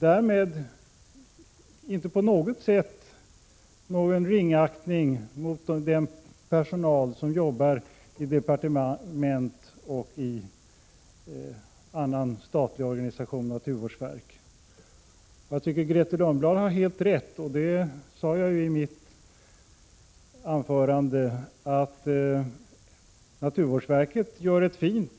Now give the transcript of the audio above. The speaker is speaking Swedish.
Det innebär inte på något sätt någon ringaktning av den personal som arbetar i departementet eller i annan statlig organisation, t.ex. naturvårdsverket. Grethe Lundblad har helt rätt i att naturvårdsverket gör ett fint